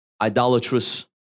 idolatrous